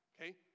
okay